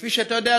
כפי שאתה יודע,